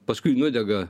paskui nudega